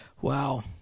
wow